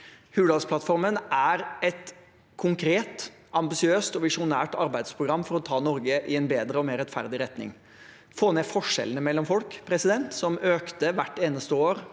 Hurdalsplattformen er et konkret, ambisiøst og visjonært arbeidsprogram for å ta Norge i en bedre og mer rettferdig retning, få ned forskjellene mellom folk, som økte hvert eneste år